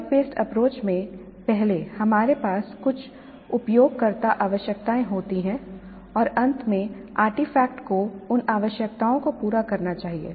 project based approach में पहले हमारे पास कुछ उपयोगकर्ता आवश्यकताएं होती हैं और अंत में आर्टिफैक्ट को उन आवश्यकताओं को पूरा करना चाहिए